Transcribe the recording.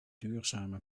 duurzame